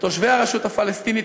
ותושבי הרשות הפלסטינית,